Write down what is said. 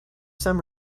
some